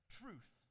truth